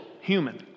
human